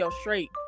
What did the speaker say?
straight